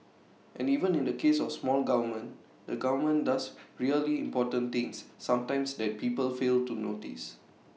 and even in the case of small government the government does really important things sometimes that people fail to notice